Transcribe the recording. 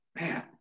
Man